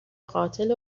قاتل